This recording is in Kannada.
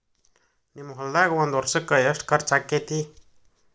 ನಿಮ್ಮ ಹೊಲ್ದಾಗ ಒಂದ್ ವರ್ಷಕ್ಕ ಎಷ್ಟ ಖರ್ಚ್ ಆಕ್ಕೆತಿ?